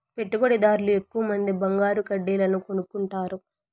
పెట్టుబడిదార్లు ఎక్కువమంది బంగారు కడ్డీలను కొనుక్కుంటారు